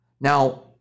Now